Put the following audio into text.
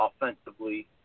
offensively